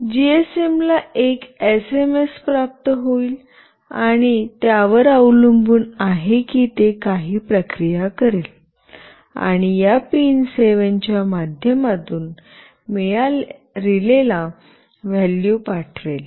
GSM ला एक SMS प्राप्त होईल आणि त्यावर अवलंबून आहे की ते काही प्रक्रिया करेल आणि या पिन 7 च्या माध्यमातून रिलेला व्हॅल्यू पाठवेल